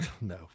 No